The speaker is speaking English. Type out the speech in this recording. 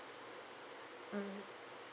mm